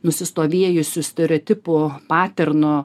nusistovėjusių stereotipų paternų